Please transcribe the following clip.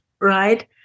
right